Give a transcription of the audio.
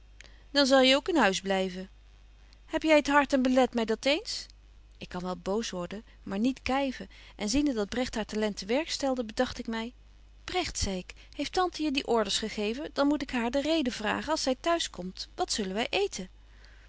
dan zel je ook in huis blyven heb jy t hart en belet my dat eens ik kan wel boos worden maar niet kyven en ziende dat bregt haar talent te werk stelde bedagt ik my bregt zei ik heeft tante je die orders gegeven dan moet ik haar de reden vragen als zy t'huis komt wat zullen wy eeten